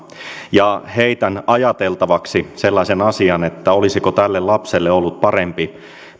ja heitän ajateltavaksi sellaisen asian että olisiko tälle lapselle ollut parempi